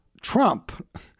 Trump